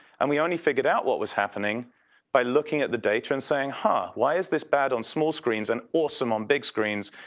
and we only figured out what was happening by looking at the data and saying, why is this bad on small screens and awesome on big screens?